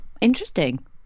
Interesting